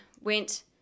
went